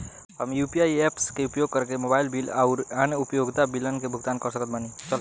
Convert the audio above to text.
हम UPI apps के उपयोग करके मोबाइल बिल आउर अन्य उपयोगिता बिलन के भुगतान कर सकत बानी